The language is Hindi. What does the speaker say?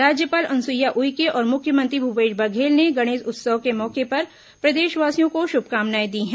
राज्यपाल अनुसुईया उइके और मुख्यमंत्री भूपेश बघेल ने गणेश उत्सव के मौके पर प्रदेशवासियों को शुभकामनाएं दी हैं